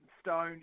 stone